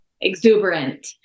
exuberant